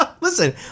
Listen